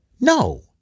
No